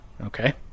Okay